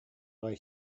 аҕай